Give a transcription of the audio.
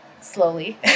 slowly